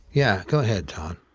yeah, go ahead, todd.